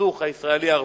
הסכסוך הישראלי-ערבי,